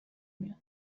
میاد